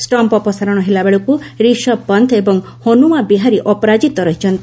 stump ଅପସାରଣ ହେଲାବେଳକୁ ରିଷଭ୍ ପନ୍ଥ ଏବଂ ହନୁମା ବିହାରୀ ଅପରାଜିତ ରହିଛନ୍ତି